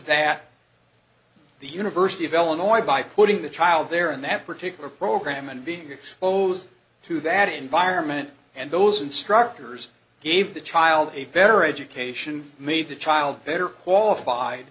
that the university of illinois by putting the child there in that particular program and being exposed to that environment and those instructors gave the child a better education made the child better qualified